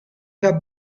the